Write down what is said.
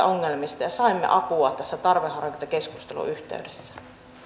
ongelmista ja saimme apua tässä tarveharkintakeskustelun yhteydessä